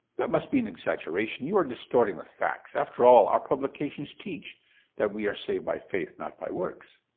that must be an exaggeration. you are distorting the facts. after all, our publications teach that we are saved by faith, not by works.